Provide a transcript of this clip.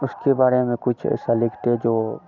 इसके बारे में कुछ ऐसा लिखते जो